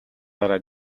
дараа